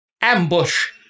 Ambush